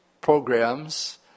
programs